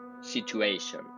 situation